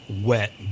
wet